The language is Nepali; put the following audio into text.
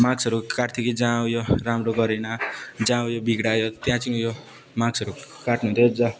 मार्क्सहरू काट्थ्यो कि जहाँ उयो राम्रो गरेन जहाँ उयो बिग्रायो त्यहाँ चाहिँ उयो मार्क्सहरू काट्नुहुन्थ्यो